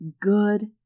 good